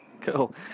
Cool